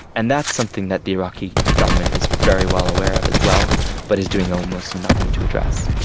and that's something that the iraqi government is very well aware of as well but is doing almost nothing to address